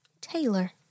Taylor